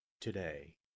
today